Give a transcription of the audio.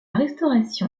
restauration